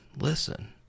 listen